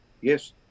yes